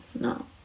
no